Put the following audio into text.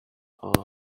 are